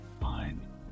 fine